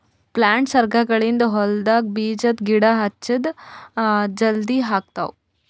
ಪ್ಲಾಂಟರ್ಸ್ಗ ಗಳಿಂದ್ ಹೊಲ್ಡಾಗ್ ಬೀಜದ ಗಿಡ ಹಚ್ಚದ್ ಜಲದಿ ಆಗ್ತಾವ್